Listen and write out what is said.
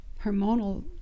hormonal